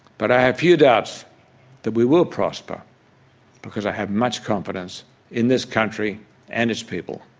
but i have few doubts that we will prosper because i have much confidence in this country and its people.